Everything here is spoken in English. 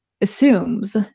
assumes